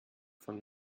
von